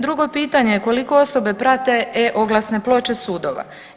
Drugo pitanje je, koliko osobe prate e-oglasne ploče sudova?